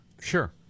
sure